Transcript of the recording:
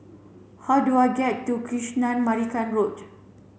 how do I get to Kanisha Marican Road